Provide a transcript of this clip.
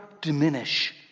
diminish